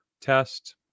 test